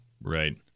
Right